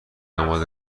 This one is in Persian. آماده